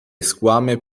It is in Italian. squame